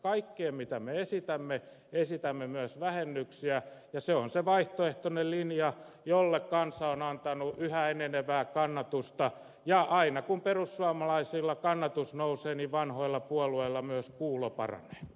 kaikkeen mitä me esitämme esitämme myös vähennyksiä ja se on se vaihtoehtoinen linja jolle kansa on antanut yhä enenevää kannatusta ja aina kun perussuomalaisilla kannatus nousee niin vanhoilla puolueilla myös kuulo paranee